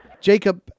Jacob